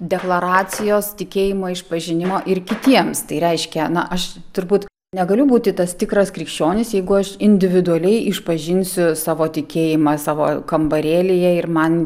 deklaracijos tikėjimo išpažinimo ir kitiems tai reiškia na aš turbūt negaliu būti tas tikras krikščionis jeigu aš individualiai išpažinsiu savo tikėjimą savo kambarėlyje ir man